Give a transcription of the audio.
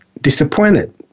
disappointed